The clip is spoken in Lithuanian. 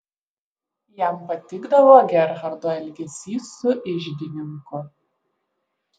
jam patikdavo gerhardo elgesys su iždininku